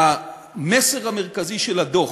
המסר המרכזי של הדוח,